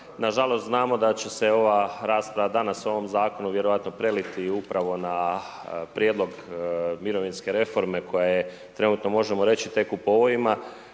Nažalost, znamo da će se ova rasprava danas u ovom zakonu, vjerojatno preliti upravo na prijedlog mirovinske reforme, koja je trenutno možemo reći tek u pojmovima.